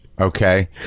Okay